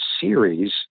series